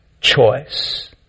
choice